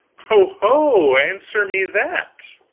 ho-ho answer me that!